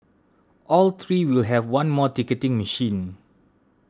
all three will have one more ticketing machine